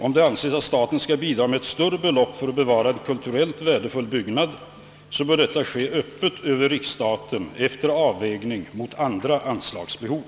Om det anses att staten skall bidra med ett större belopp för att bevara en kulturellt värdefull byggnad, bör detta ske öppet över riksstaten efter avvägning mot andra anslagsbehov.